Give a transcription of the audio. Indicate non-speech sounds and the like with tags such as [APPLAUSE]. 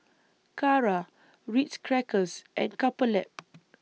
Kara Ritz Crackers and Couple Lab [NOISE]